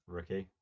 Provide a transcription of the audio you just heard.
Ricky